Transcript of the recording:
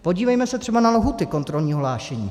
Podívejme se třeba na lhůty kontrolního hlášení.